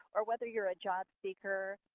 or whether you're a job seeker,